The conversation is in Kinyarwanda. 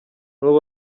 n’uwo